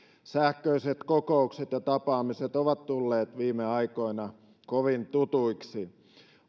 sähköiset kokoukset ja tapaamiset ovat tulleet viime aikoina kovin tutuiksi